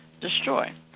destroy